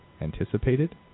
anticipated